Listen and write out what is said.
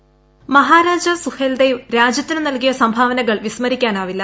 voice Maharaja Suheldev രാജ്യത്തിനു നൽകിയ സംഭാവനകൾ വിസ്മരിക്കാനാവില്ല